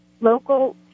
local